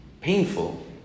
painful